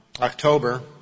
October